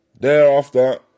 Thereafter